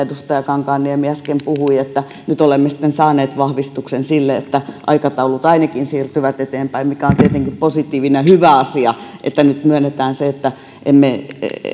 edustaja kankaanniemi äsken puhui että nyt olemme sitten saaneet vahvistuksen sille että aikataulut ainakin siirtyvät eteenpäin mikä on tietenkin positiivinen ja hyvä asia että nyt myönnetään se että emme